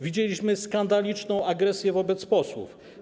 Widzieliśmy skandaliczną agresję wobec posłów.